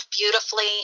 beautifully